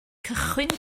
cychwyn